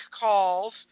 calls